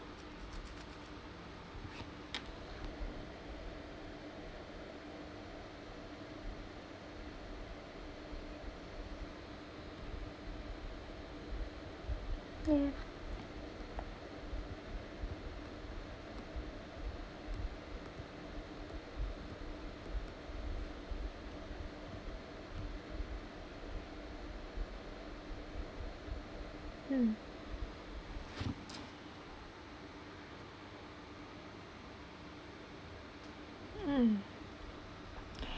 ya mm mm